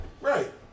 Right